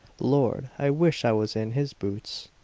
lord, i wish i was in his boots!